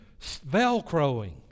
Velcroing